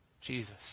Jesus